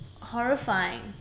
horrifying